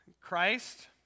Christ